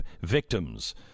victims